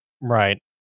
Right